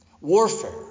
Warfare